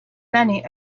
many